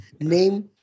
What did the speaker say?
Name